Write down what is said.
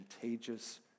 contagious